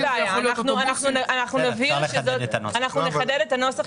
אין בעיה, אנחנו נחדד את הנוסח.